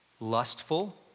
lustful